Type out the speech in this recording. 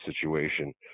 situation